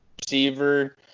receiver